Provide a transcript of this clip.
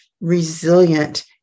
resilient